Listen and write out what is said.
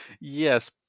Yes